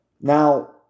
Now